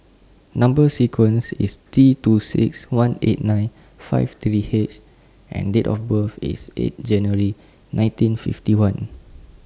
Number sequence IS T two six one eight nine five three H and Date of birth IS eight January nineteen fifty one